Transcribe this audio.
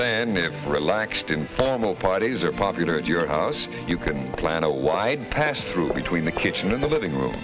then maybe relaxed informal parties or popular at your house you can plan a wide pass through between the kitchen and the living room